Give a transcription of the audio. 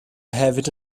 hefyd